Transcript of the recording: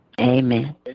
Amen